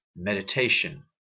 meditation